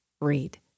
read